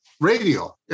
radio